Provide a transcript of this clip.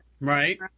Right